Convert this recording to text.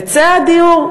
היצע הדיור,